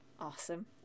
awesome